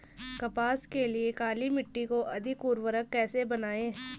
कपास के लिए काली मिट्टी को अधिक उर्वरक कैसे बनायें?